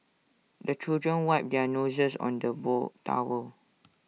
the children wipe their noses on the wall towel